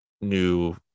new